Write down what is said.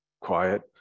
quiet